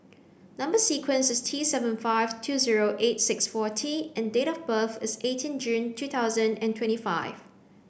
number sequence is T seven five two zero eight six four T and date of birth is eighteen June two thousand and twenty five